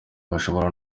bashobora